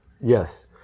Yes